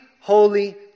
holy